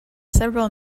several